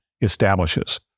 establishes